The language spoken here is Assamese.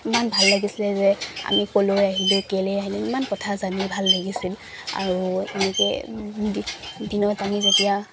ইমান ভাল লাগিছিলে যে আমি ক'লৈ আহিলো কেলেই আহিলো ইমান কথা জানি ভাল লাগিছিল আৰু এনেকৈ দি দিনত আমি যেতিয়া